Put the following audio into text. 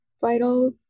vital